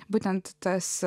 būtent tas